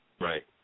Right